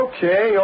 Okay